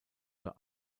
für